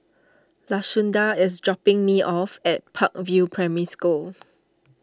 Lashunda is dropping me off at Park View Primary School